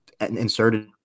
inserted